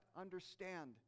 understand